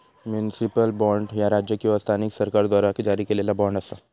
municipal bond, ह्या राज्य किंवा स्थानिक सरकाराद्वारा जारी केलेला बॉण्ड असा